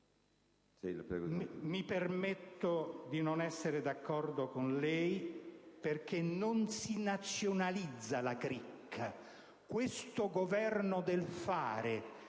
Mi permetto di non essere d'accordo con lei, perché non si nazionalizza la cricca: questo Governo del fare,